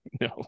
No